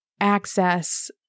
access